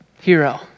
hero